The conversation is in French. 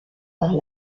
par